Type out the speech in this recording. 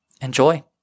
Enjoy